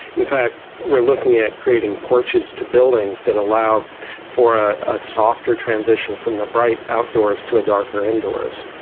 in fact we're looking at creating porches to buildings that allow for ah a softer transition from the bright outdoors to a darker indoors.